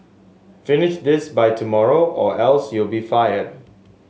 finish this by tomorrow or else you'll be fired